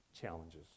challenges